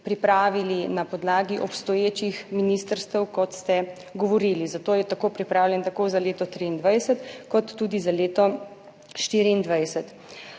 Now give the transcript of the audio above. pripravili na podlagi obstoječih ministrstev, kot ste govorili. Zato je tako pripravljen tako za leto 2023 kot tudi za leto 2024.